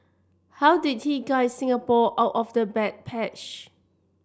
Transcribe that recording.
how did he guide Singapore out of the bad patch